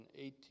18